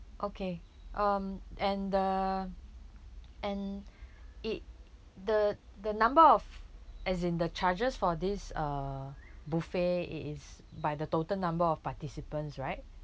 okay um and the and it the the number of as in the charges for this err buffet it is by the total number of participants right